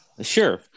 sure